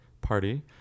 party